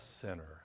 sinner